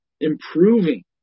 improving